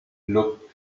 looked